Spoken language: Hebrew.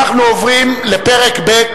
אנחנו עוברים לפרק ב',